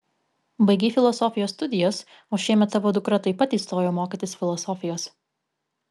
baigei filosofijos studijas o šiemet tavo dukra taip pat įstojo mokytis filosofijos